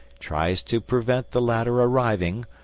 tries to prevent the latter arriving,